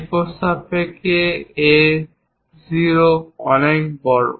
A4 সাপেক্ষে A0 অনেক বড়